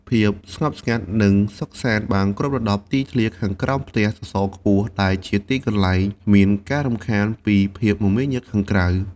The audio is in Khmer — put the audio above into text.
ភាពស្ងប់ស្ងាត់ និងសុខសាន្តបានគ្របដណ្ដប់ទីធ្លាខាងក្រោមផ្ទះសសរខ្ពស់ ដែលជាកន្លែងគ្មានការរំខានពីភាពមមាញឹកខាងក្រៅ។